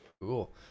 Cool